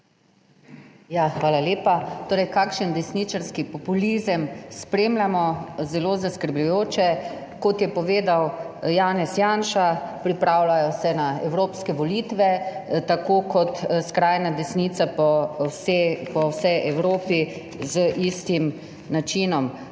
Hvala lepa. Torej, kakšen desničarski populizem spremljamo zelo zaskrbljujoče. Kot je povedal Janez Janša, pripravljajo se na evropske volitve, tako kot skrajna desnica po vsej Evropi, z istim načinom.